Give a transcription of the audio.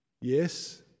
Yes